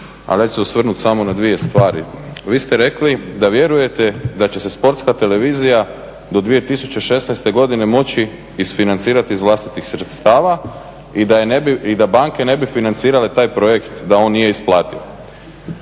Ali ja ću se osvrnuti samo na dvije stvari. Vi ste rekli da vjerujete da će se Sportska televizija do 2016. godine moći isfinancirati iz vlastitih sredstava i da banke ne bi financirale taj projekt da on nije isplativ.